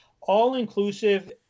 all-inclusive